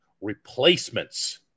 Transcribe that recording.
replacements